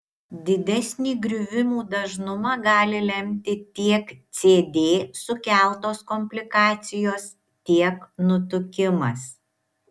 didesnį griuvimų dažnumą gali lemti tiek cd sukeltos komplikacijos tiek nutukimas